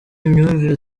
imyumvire